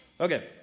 Okay